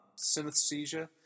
synesthesia